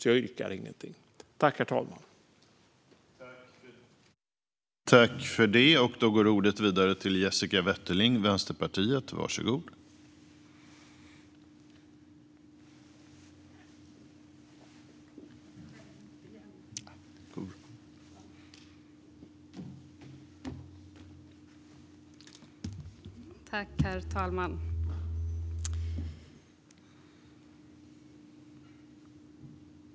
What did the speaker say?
Därför blir det inget yrkande från mig.